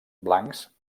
blancs